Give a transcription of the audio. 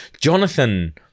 Jonathan